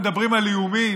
מדברים על איומים,